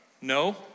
No